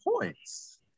points